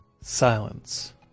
silence